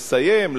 לסיים,